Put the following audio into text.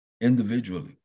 individually